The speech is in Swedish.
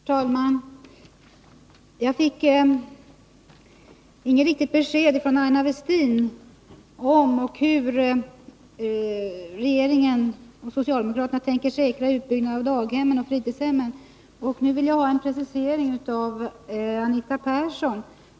Herr talman! Jag fick inget riktigt svar från Aina Westin på frågan, om och hur regeringen och socialdemokraterna tänker säkra utbyggnaden av daghemmen och fritidshemmen. Nu vill jag ha en precisering av Anita Persson.